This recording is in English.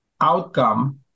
outcome